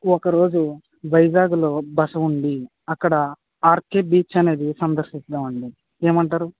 ఒకరోజు వైజాగ్లో బస ఉండి అక్కడ ఆర్కే బీచ్ అనేది సందర్శిద్ధాం అండి ఏమంటారు